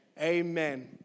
Amen